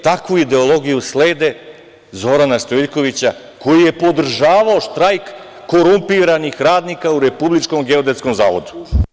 Takvu ideologiju slede Zorana Stojiljkovića koji je podržavao štrajk korumpiranih radnika u Republičkom geodetskom zavodu.